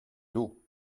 d’eau